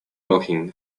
working